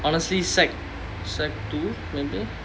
honestly secondary secondary two maybe